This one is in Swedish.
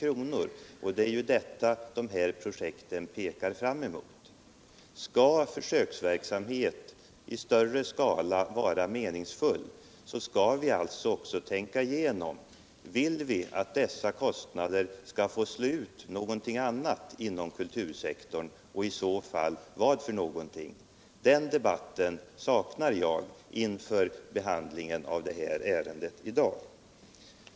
Det är sådana kostnader som dessa projekt pekar fram emot. Skall försöksverksamhet i större skala vara meningsfull, måste vi också tänka igenom om vi vill att dessa kostnader skall få slå ut någonting annat inom kultursektorn och i så fall vad. Den debatten saknar jag inför behandlingen av detta ärende i dag.